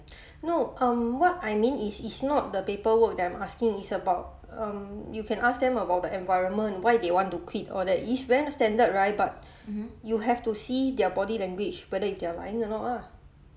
no um what I mean is is not the paperwork that I'm asking is about um you can ask them about the environment why they want to quit all that is very standard right but you have to see their body language whether if they are lying or not ah